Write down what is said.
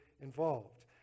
involved